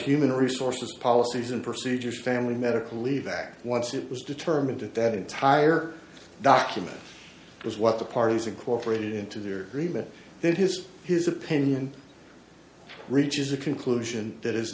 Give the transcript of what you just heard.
human resources policies and procedures family medical leave act once it was determined that that entire document was what the parties of corporate into their remit that his his opinion reaches a conclusion that is